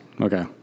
Okay